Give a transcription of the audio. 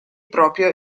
proprio